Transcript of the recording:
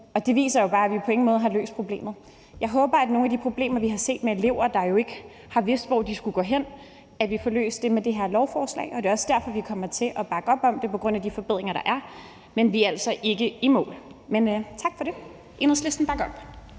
og det viser bare, at vi på ingen måde har løst problemet. Jeg håber, at nogle af de problemer, vi har set med elever, der jo ikke har vidst, hvor de skulle gå hen, bliver løst med det her lovforslag. Og det er også derfor, vi kommer til at bakke op om det, altså på grund af de forbedringer, der er. Men vi er altså ikke i mål. Enhedslisten bakker op.